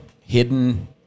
hidden